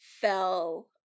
fell